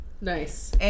nice